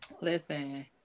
Listen